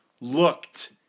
looked